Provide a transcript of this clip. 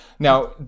Now